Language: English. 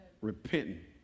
Repenting